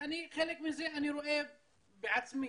מהיישוב שלי עראבה,